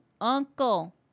uncle